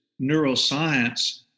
neuroscience